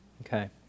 Okay